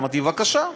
אמרתי: בבקשה.